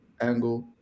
angle